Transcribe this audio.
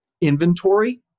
inventory